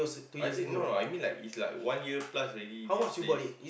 I think no no I mean like it's like one year plus already this place